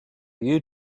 you